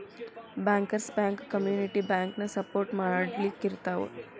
bankers bank community ಬ್ಯಾಂಕನ support ಮಾಡ್ಲಿಕ್ಕಿರ್ತಾವ